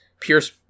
pierce